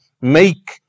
make